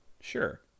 Sure